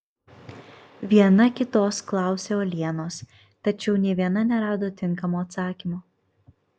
viena kitos klausė uolienos tačiau nė viena nerado tinkamo atsakymo